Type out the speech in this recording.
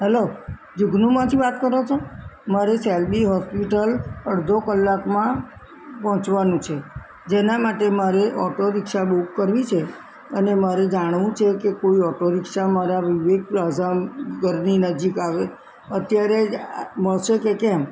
hello જૂગનુમાંથી વાત કરો છો મારે સેલબી હોસ્પિટલ અડધો કલાકમાં પહોંચવાનું છે જેના માટે મારે ઓટો રિક્ષા બુક કરવી છે અને મારે જાણવું છે કે કોઈ ઓટો રિક્ષા મારા વિવેક પ્લાઝા ઘરની નજીક આવે અત્યારે જ મળશે કે કેમ